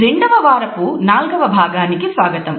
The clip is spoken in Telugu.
రెండవ వారపు నాలుగవ భాగానికి స్వాగతం